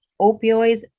opioids